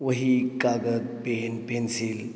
वही कागद pen pencil